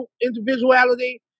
individuality